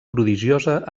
prodigiosa